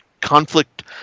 conflict